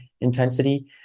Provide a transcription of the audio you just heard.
intensity